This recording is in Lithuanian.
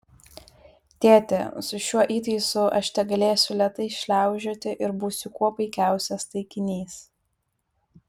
tėti su šiuo įtaisu aš tegalėsiu lėtai šliaužioti ir būsiu kuo puikiausias taikinys